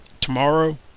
tomorrow